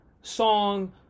song